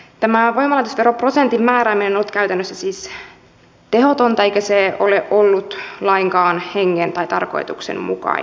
tämä voimalaitosveroprosentin määrääminen on ollut käytännössä siis tehotonta eikä se ole ollut lainkaan tarkoituksen mukainen